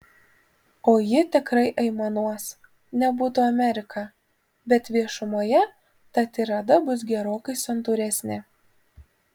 o ji tikrai aimanuos nebūtų amerika bet viešumoje ta tirada bus gerokai santūresnė